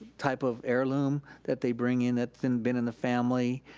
type of heirloom that they bring in that's been been in the family.